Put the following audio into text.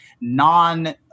non